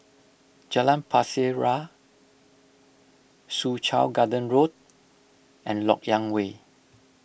Jalan Pasir Ria Soo Chow Garden Road and Lok Yang Way